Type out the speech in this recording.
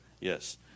Yes